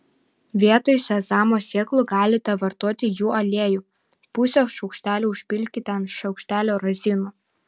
vietoj sezamo sėklų galite vartoti jų aliejų pusę šaukštelio užpilkite ant šaukštelio razinų